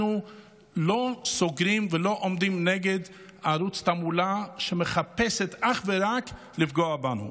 לא סוגרים ולא עומדים נגד ערוץ תעמולה שמחפש אך ורק לפגוע בנו.